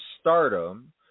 Stardom